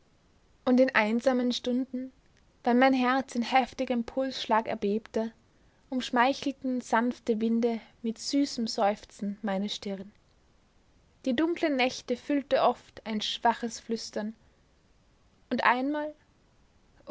und in einsamen stunden wenn mein herz in heftigem pulsschlag erbebte umschmeichelten sanfte winde mit süßem seufzen meine stirn die dunklen nächte füllte oft ein schwaches flüstern und einmal